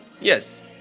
yes